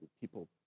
people